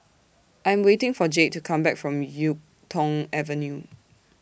I Am waiting For Jade to Come Back from Yuk Tong Avenue